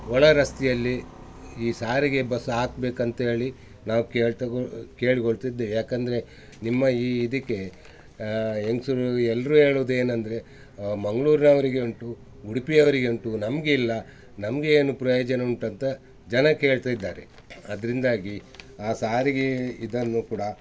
ಒಳ ರಸ್ತೆಯಲ್ಲಿ ಈ ಸಾರಿಗೆ ಬಸ್ ಹಾಕ್ಬೇಕಂತ್ಹೇಳಿ ನಾವು ಕೇಳ್ತಗೊಳ್ ಕೇಳ್ಗೊಳ್ತಿದ್ದೀವಿ ಯಾಕಂದರೆ ನಿಮ್ಮ ಈ ಇದಕ್ಕೆ ಹೆಂಗ್ಸುರು ಎಲ್ಲರು ಹೇಳುದೇನಂದ್ರೆ ಮಂಗ್ಳೂರ್ನವರಿಗೆ ಉಂಟು ಉಡುಪಿಯವರಿಗುಂಟು ನಮಗಿಲ್ಲ ನಮಗೇನು ಪ್ರಯೋಜನ ಉಂಟಂತ ಜನ ಕೇಳ್ತಾ ಇದ್ದಾರೆ ಅದರಿಂದಾಗಿ ಆ ಸಾರಿಗೆ ಇದನ್ನು ಕೂಡ